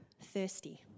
thirsty